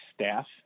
staff